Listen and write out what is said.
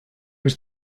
was